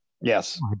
Yes